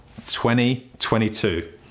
2022